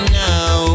now